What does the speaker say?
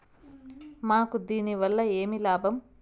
మాకు దీనివల్ల ఏమి లాభం